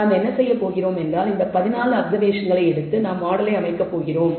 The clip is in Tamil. எனவே நாம் என்ன செய்யப்போகிறோம் என்றால் இந்த 14 அப்சர்வேஷன்களை எடுத்து நாம் மாடலை அமைக்கப் போகிறோம்